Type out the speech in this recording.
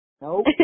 nope